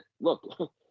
look